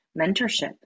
mentorship